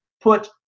Put